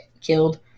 killed